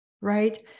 right